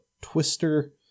twister